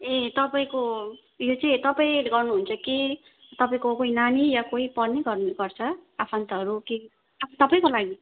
ए तपाईँको यो चाहिँ तपाईँ गर्नु हुन्छ कि तपाईँको कोही नानी या कोही पढ्ने गर्नु गर्छ आफन्तहरू के तपाईँको लागि